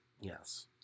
Yes